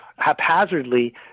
haphazardly